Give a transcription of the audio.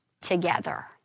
together